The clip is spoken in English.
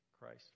Christ